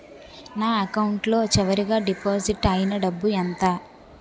నా అకౌంట్ లో చివరిగా డిపాజిట్ ఐనా డబ్బు ఎంత?